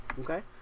Okay